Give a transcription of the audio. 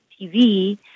TV